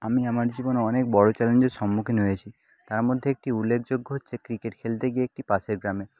আমি আমার জীবনে অনেক বড়ো চ্যালেঞ্জের সম্মুখীন হয়েছি তার মধ্যে একটি উল্লেখযোগ্য হচ্ছে ক্রিকেট খেলতে গিয়ে একটি পাশের গ্রামে